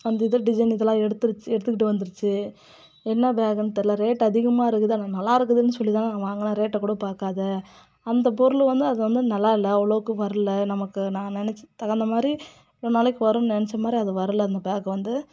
அந்த இது டிசைனுக்கெலாம் எடுத்துருச்சு எடுத்துக்கிட்டு வந்துருச்சு என்ன பேக்குன்னு தெர்லை ரேட் அதிகமாக இருக்குது ஆனால் நல்லா இருக்குதுன்னு சொல்லிதான் நாங்கள் வாங்கினேன் ரேட்டை கூட பார்க்காத அந்த பொருள் வந்து அதை வந்து நல்லா இல்லை அவ்வளோக்கும் வர்லை நமக்கு நான் நினைச்ச தகுந்த மாதிரி இவ்வளவு நாளைக்கு வருன்னு நினச்ச மாதிரி அது வர்லை அந்த பேக்கு வந்து